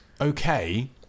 okay